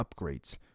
upgrades